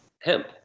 hemp